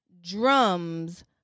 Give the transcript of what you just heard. Drums